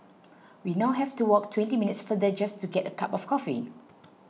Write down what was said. we now have to walk twenty minutes farther just to get a cup of coffee